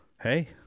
Hey